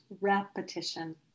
repetition